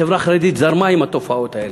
החברה החרדית זרמה עם התופעות האלה,